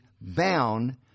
bound